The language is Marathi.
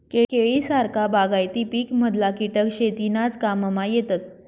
केळी सारखा बागायती पिकमधला किटक शेतीनाज काममा येतस